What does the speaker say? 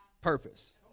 purpose